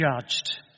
judged